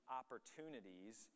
opportunities